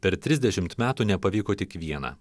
per trisdešimt metų nepavyko tik viena